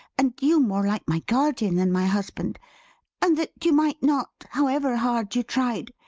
and you more like my guardian than my husband and that you might not, however hard you tried,